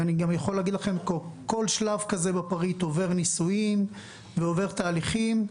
ואני גם יכול להגיד לכם שכל שלב כזה בפריט עובר ניסויים ועובר תהליכים.